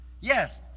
Yes